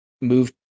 move